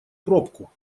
пробку